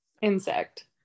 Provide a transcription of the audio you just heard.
insect